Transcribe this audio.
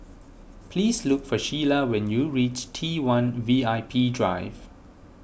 please look for Shiela when you reach T one V I P Drive